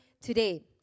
today